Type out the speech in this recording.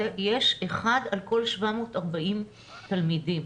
יש אחד על כל 740 תלמידים.